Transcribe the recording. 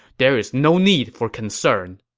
there's no need for concern.